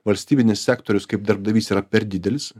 valstybinis sektorius kaip darbdavys yra per didelis